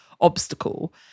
obstacle